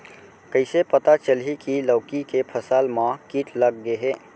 कइसे पता चलही की लौकी के फसल मा किट लग गे हे?